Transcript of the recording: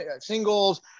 singles